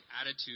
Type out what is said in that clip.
attitude